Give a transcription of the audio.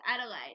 Adelaide